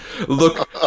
Look